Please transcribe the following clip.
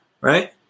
right